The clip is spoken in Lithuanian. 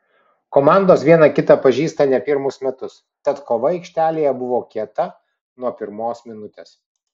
komandos viena kitą pažįsta ne pirmus metus tad kova aikštelėje buvo kieta nuo pirmos minutės